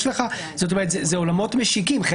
זאת אומרת, זה עולמות משיקים.